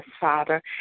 Father